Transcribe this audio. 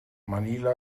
manila